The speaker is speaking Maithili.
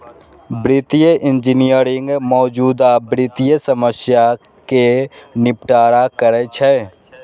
वित्तीय इंजीनियरिंग मौजूदा वित्तीय समस्या कें निपटारा करै छै